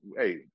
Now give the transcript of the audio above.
hey